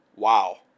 wow